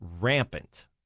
rampant